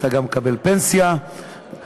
אתה גם תקבל פנסיה וכו'.